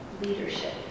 leadership